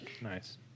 Nice